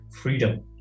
Freedom